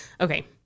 okay